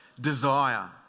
desire